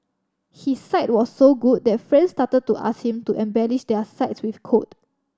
his site was so good that friends started to ask him to embellish their sites with code